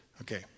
Okay